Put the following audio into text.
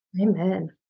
Amen